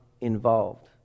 involved